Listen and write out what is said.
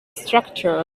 structure